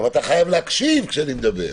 אבל אתה חייב להקשיב כשאני מדבר.